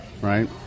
right